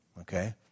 okay